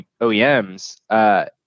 OEMs